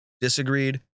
disagreed